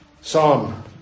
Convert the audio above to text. Psalm